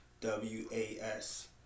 W-A-S